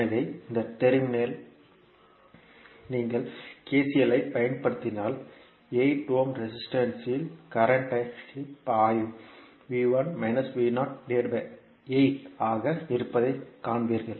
எனவே இந்த டெர்மினல் நீங்கள் KCL ஐப் பயன்படுத்தினால் 8 ஓம் ரெசிஸ்டன்ஸ் இல் கரண்ட் பாயும் ஆக இருப்பதைக் காண்பீர்கள்